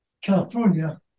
California